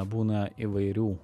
būna įvairių